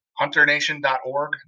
Hunternation.org